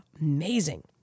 amazing